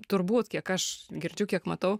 turbūt kiek aš girdžiu kiek matau